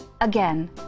Again